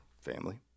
Family